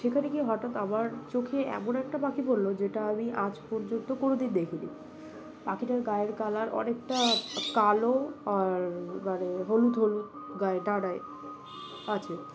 সেখানে গিয়ে হঠাৎ আমার চোখে এমন একটা পাখি পড়লো যেটা আমি আজ পর্যন্ত কোনোদিন দেখিনি পাখিটার গায়ের কালার অনেকটা কালো আর মানে হলুদ হলুদ গায়ে ডাড়ায় আছে